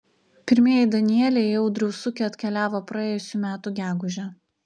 pirmieji danieliai į audriaus ūkį atkeliavo praėjusių metų gegužę